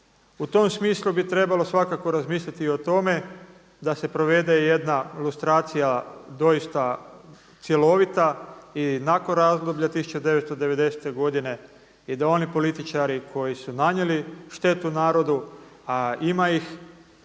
U tom smislu bi trebalo svakako razmisliti i o tome da se provede jedna lustracija doista cjelovita i nakon razdoblja 1990. godine i da oni političari koji su nanijeli štetu narodu, a ima ih,